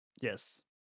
Yes